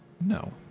No